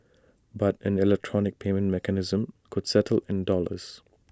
but an electronic payment mechanism could settle in dollars